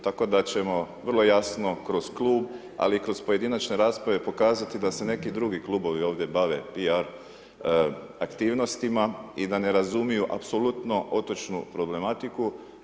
Tako da ćemo vrlo jasno, kroz klub ali i kroz pojedinačne rasprave, pokazati da se neki drugi klubovi ovdje bave P.R. aktivnostima i da ne razumiju apsolutno otočnu problematiku.